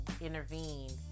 intervened